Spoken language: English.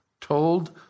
told